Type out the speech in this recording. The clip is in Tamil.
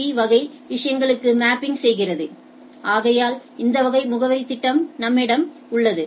பி வகை விஷயங்களுக்கு மேப்பிங் செய்கிறது ஆகையால் இந்த வகை முகவரித் திட்டம் நம்மிடம் உள்ளது